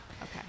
Okay